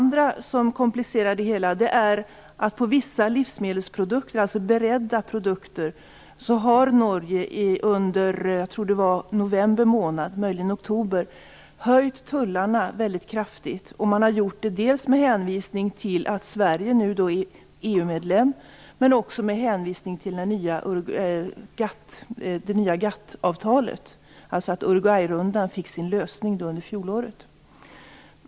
Den andra frågan som komplicerar det hela är att Norge i oktober eller november kraftigt höjde tullarna på vissa livsmedelsprodukter, beredda produkter. Man gjorde det dels med hänvisning till att Sverige nu är EU-medlem, dels med hänvisning till det nya GATT avtalet, dvs. att Uruguayrundan fick sin lösning under fjolåret.